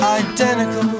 identical